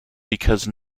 because